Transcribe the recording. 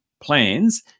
plans